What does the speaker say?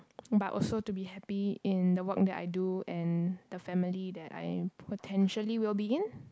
but also to be happy in the work that I do and the family that I potentially will begin